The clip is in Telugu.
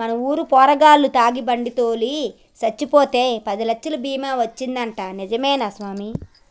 మన ఊరు పోరగాల్లు తాగి బండి తోలి సచ్చిపోతే పదిలచ్చలు బీమా వచ్చిందంటా నిజమే సామి